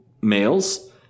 males